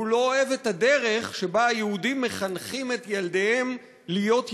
והוא לא אוהב את הדרך שבה היהודים מחנכים את ילדיהם להיות יללנים.